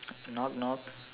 knock knock